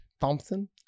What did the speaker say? Thompson